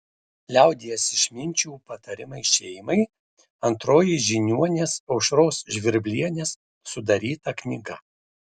liaudies išminčių patarimai šeimai antroji žiniuonės aušros žvirblienės sudaryta knyga